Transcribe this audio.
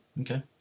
Okay